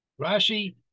Rashi